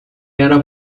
era